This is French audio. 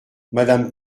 madame